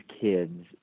kids